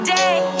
day